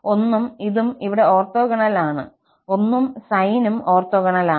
1 ഉം ഇതും ഇവിടെ ഓർത്തോഗണൽ ആണ് 1 ഉം സൈനും ഓർത്തോഗണൽ ആണ്